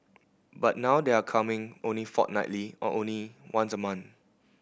but now they're coming only fortnightly or only once a month